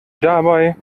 dabei